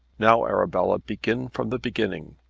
now, arabella, begin from the beginning.